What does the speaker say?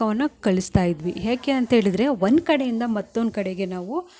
ಸಂಪರ್ಕವನ್ನ ಕಳ್ಸ್ತಾಯಿದ್ವಿ ಏಕೆ ಅಂತೇಳಿದರೆ ಒಂದು ಕಡೆಯಿಂದ ಮತ್ತೊಂದು ಕಡೆಗೆ ನಾವು ಅದನ್ನ ನಾವು